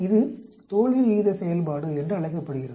இது தோல்வி விகித செயல்பாடு என்று அழைக்கப்படுகிறது